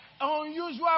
Unusual